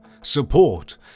support